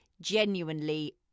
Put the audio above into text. genuinely